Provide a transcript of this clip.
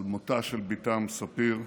על מותה של בתם ספיר.